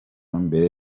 mbere